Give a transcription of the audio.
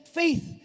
faith